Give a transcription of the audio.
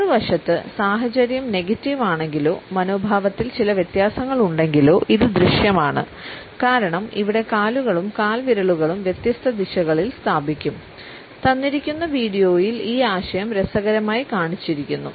മറുവശത്ത് സാഹചര്യം നെഗറ്റീവ് ആണെങ്കിലോ മനോഭാവത്തിൽ ചില വ്യത്യാസങ്ങളുണ്ടെങ്കിലോ ഇത് ദൃശ്യമാണ് കാരണം ഇവിടെ കാലുകളും കാൽവിരലുകളും വ്യത്യസ്ത ദിശകളിൽ സ്ഥാപിക്കും തന്നിരിക്കുന്ന വീഡിയോയിൽ ഈ ആശയം രസകരമായി കാണിച്ചിരിക്കുന്നു